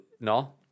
no